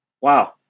Wow